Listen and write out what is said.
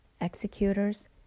executors